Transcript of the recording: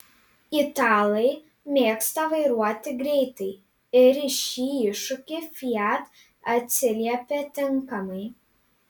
italai mėgsta vairuoti greitai ir į šį iššūkį fiat atsiliepia tinkamai